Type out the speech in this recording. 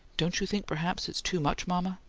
don't you think perhaps it's too much, mama?